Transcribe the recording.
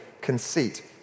conceit